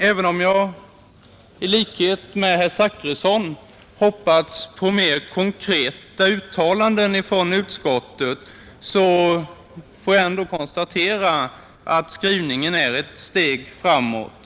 Även om jag i likhet med herr Zachrisson hoppas på mera konkreta uttalanden från utskottet, konstaterar jag att utskottets skrivning ändå är ett steg framåt.